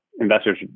investors